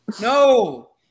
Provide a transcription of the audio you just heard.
No